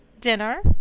dinner